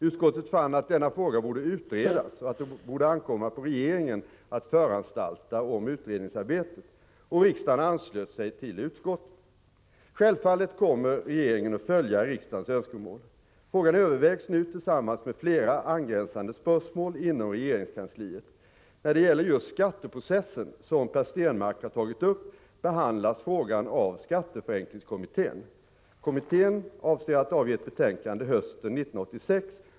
Utskottet fann att denna fråga borde utredas och att det borde ankomma på regeringen att föranstalta om utredningsarbetet. Riksdagen anslöt sig till utskottet . Självfallet kommer regeringen att följa riksdagens önskemål. Frågan övervägs nu tillsammans med flera angränsande spörsmål inom regeringskansliet. När det gäller just skatteprocessen, som Per Stenmarck har tagit upp, behandlas frågan av skatteförenklingskommittén . Kommittén avser att avge ett betänkande hösten 1986.